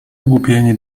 ogłupienie